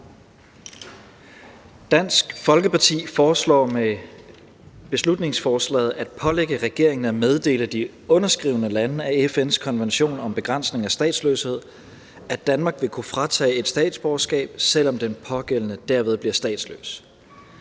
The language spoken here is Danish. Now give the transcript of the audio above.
Dansk Folkeparti foreslår med beslutningsforslaget at pålægge regeringen at meddele de underskrivende lande af FN's konvention om begrænsning af statsløshed, at Danmark vil kunne fratage et statsborgerskab, selv om den pågældende derved bliver statsløs.